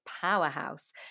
powerhouse